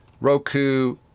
Roku